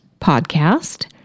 podcast